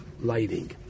lighting